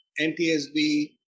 NTSB